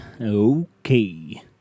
okay